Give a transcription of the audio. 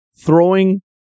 throwing